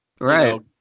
Right